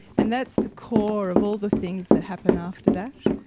and that's the core of all the things that happen after that.